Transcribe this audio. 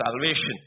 salvation